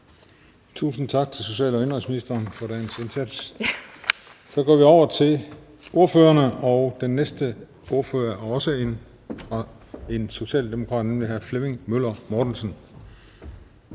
Tusind tak til social- og indenrigsministeren for dagens indsats. Så går vi over til ordførerne, og den første ordfører er også en socialdemokrat, nemlig hr. Flemming Møller Mortensen.